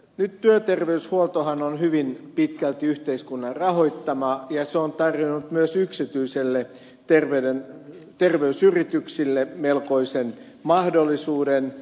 nyt työterveyshuoltohan on hyvin pitkälti yhteiskunnan rahoittamaa ja se on tarjonnut myös yksityisille terveysyrityksille melkoisen mahdollisuuden